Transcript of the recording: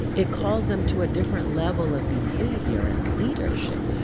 it calls them to a different level of behavior and leadership.